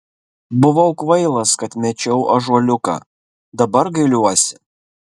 buvau kvailas kad mečiau ąžuoliuką dabar gailiuosi